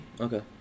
Okay